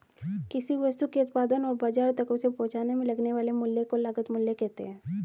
किसी वस्तु के उत्पादन और बाजार तक उसे पहुंचाने में लगने वाले मूल्य को लागत मूल्य कहते हैं